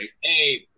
Hey